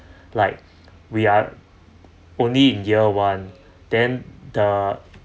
like we are only in year one then the